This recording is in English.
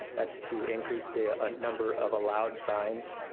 that's to increase the ah ah number of allowed signs.